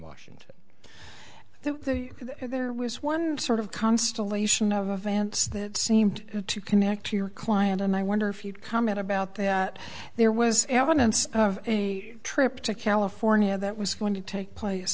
washington that there was one sort of constellation of advance that seemed to connect to your client and i wonder if you'd comment about that there was evidence of trip to california that was going to take place